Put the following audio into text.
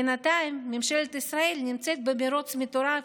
בינתיים ממשלת ישראל נמצאת במרוץ מטורף